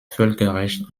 völkerrecht